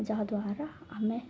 ଯାହାଦ୍ୱାରା ଆମେ